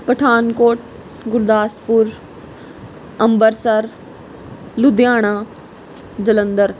Pathankot Gurdaspur Amritsar Ludhiana Jalandhar